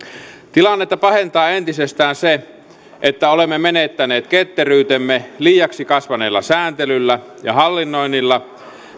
tilannetta pahentaa entisestään se että olemme menettäneet ketteryytemme liiaksi kasvaneella sääntelyllä ja hallinnoinnilla